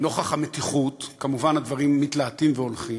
נוכח המתיחות, כמובן הדברים הולכים ומתלהטים,